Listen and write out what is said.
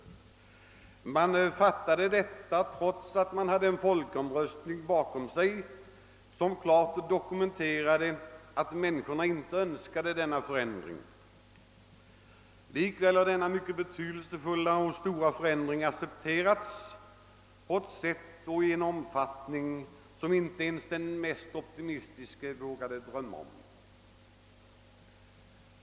Detta beslut fattades trots att man hade bakom sig en folkomröstning, som klart dokumenterade att människorna inte önskade att denna ändring skulle komma till stånd. Likaväl har denna stora och mycket betydelsefulla trafikomläggning accepterats på ett sätt och i en omfattning som inte ens den mest optimistiske vågade drömma om.